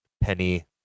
Penny